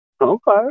Okay